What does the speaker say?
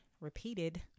repeated